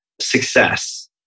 success